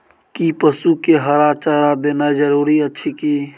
कि पसु के हरा चारा देनाय जरूरी अछि की?